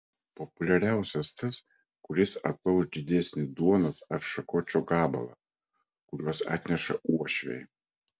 populiariausias tas kuris atlauš didesnį duonos ar šakočio gabalą kuriuos atneša uošviai